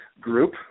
group